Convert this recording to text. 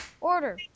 Order